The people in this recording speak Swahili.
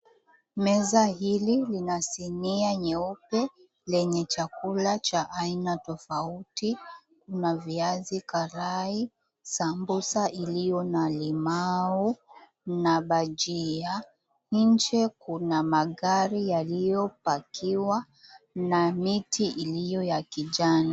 Meza hili lina sinia nyeupe lenye chakula cha aina tofauti tofauti kuna viazi karai, sambusa ilio na limau na bajia na nje kuna magari yame pakiwa na miti ilio ya kijani.